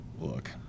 look